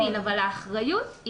האחריות,